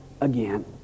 again